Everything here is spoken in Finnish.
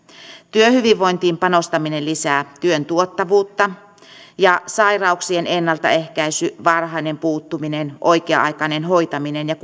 työhyvinvointiin panostaminen lisää työn tuottavuutta ja sairauksien ennaltaehkäisy varhainen puuttuminen oikea aikainen hoitaminen ja